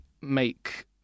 make